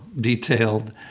detailed